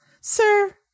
Sir